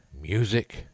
music